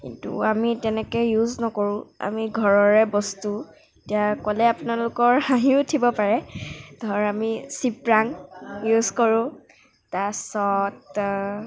কিন্তু আমি তেনেকে ইউজ নকৰোঁ আমি ঘৰৰে বস্তু এতিয়া ক'লে আপোনালোকৰ হাঁহি উঠিব পাৰে ধৰ আমি চিপৰাং আমি ইউজ কৰোঁ তাৰ পিছত